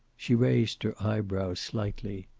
she raised her eyebrows slightly.